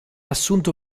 assunto